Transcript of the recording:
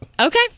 okay